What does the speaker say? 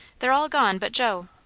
they're all gone but joe.